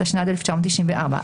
התשנ"ד 1994,